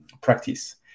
practice